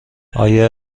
آیا